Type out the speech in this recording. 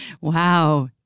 Wow